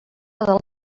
del